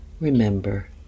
Remember